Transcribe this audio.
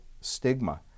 stigma